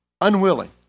unwilling